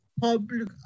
Public